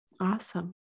Awesome